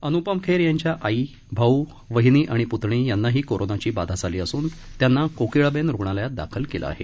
अन्पम खेर यांच्या आई भाऊ वहिनी आणि प्तणी यांनाही कोरोनाची बाधा झाली असून त्यांना कोकिळाबेन रुगणालयात दाखल केलं आहे